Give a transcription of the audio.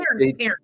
parents